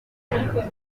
n’ibikoresho